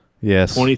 yes